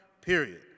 period